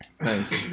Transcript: Thanks